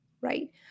right